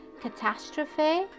catastrophe